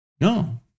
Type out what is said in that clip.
No